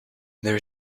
there